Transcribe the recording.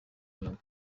mirongo